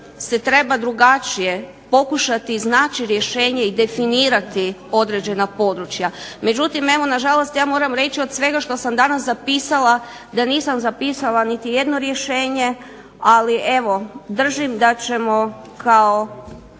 se treba drugačije pokušati iznaći rješenje i definirati određena područja. Međutim evo na žalost ja moram reći od svega što sam danas zapisala, da nisam zapisala niti jedno rješenje, ali evo držim da ćemo kao